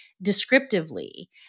descriptively